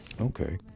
Okay